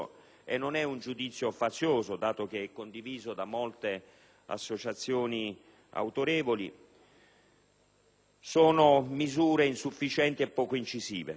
e non è un giudizio fazioso dato che è condiviso da molte associazioni autorevoli - sono insufficienti e poco incisive: